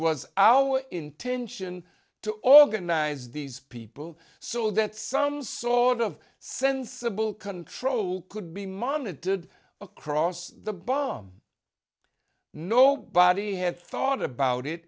was our intention to organize these people so that some sort of sensible control could be monitored across the bomb nobody had thought about it